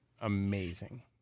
Amazing